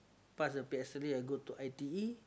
pass the p_s_l_e I go to i_t_e